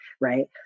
right